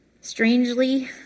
Strangely